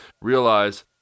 realize